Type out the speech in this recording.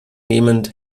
nehmend